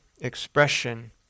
expression